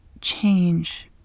change